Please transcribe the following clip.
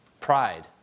Pride